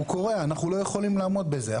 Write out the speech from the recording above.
אנחנו לא יכולים לעמוד בזה.